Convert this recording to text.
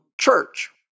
church